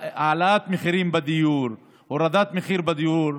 העלאת מחירים בדיור, הורדת מחיר בדיור,